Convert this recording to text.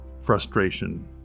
frustration